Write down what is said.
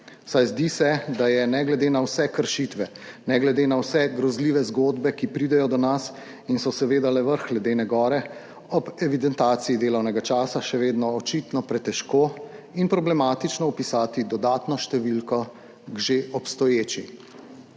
Vsaj zdi se, da je ne glede na vse kršitve, ne glede na vse grozljive zgodbe, ki pridejo do nas in so seveda le vrh ledene gore, ob evidentaciji delovnega časa še vedno očitno pretežko in problematično vpisati dodatno številko k že obstoječi.